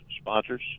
sponsors